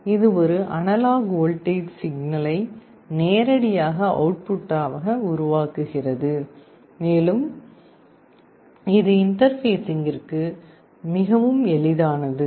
இது ஒரு analog voltage சிக்னலை நேரடியாக அவுட் புட்டாக உருவாக்க முடியும் மேலும் இது இன்டர்பேஸிங்கிற்கு மிகவும் எளிதானது